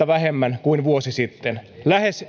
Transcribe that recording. vähemmän kuin vuosi sitten lähes